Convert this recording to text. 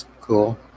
cool